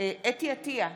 חוה אתי עטייה,